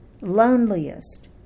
loneliest